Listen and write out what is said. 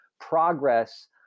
progress